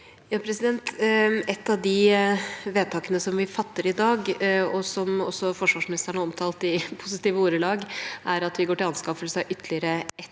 (H) Et av de vedtak- ene vi fatter i dag, og som også forsvarsministeren omtalte i positive ordelag, er at vi går til anskaffelse av ytterligere ett